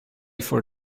for